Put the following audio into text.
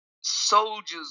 soldiers